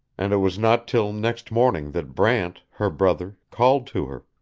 and it was not till next morning that brant, her brother, called to her,